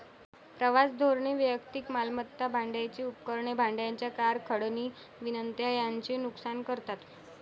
प्रवास धोरणे वैयक्तिक मालमत्ता, भाड्याची उपकरणे, भाड्याच्या कार, खंडणी विनंत्या यांचे नुकसान करतात